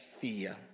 fear